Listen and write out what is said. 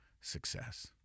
success